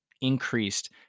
increased